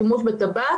שימוש בטבק,